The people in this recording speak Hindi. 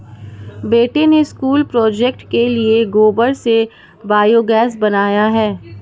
बेटे ने स्कूल प्रोजेक्ट के लिए गोबर से बायोगैस बनाया है